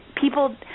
People